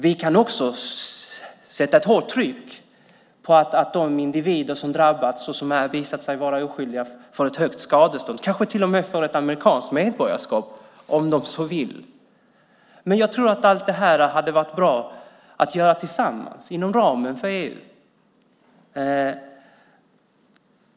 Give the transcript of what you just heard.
Vi kan också sätta tryck på att de individer som drabbats och senare visat sig vara oskyldiga får ett högt skadestånd, kanske till och med får amerikanskt medborgarskap om de så vill. Allt detta hade det varit bra att göra tillsammans, inom ramen för EU.